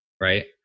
right